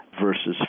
versus